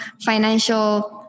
financial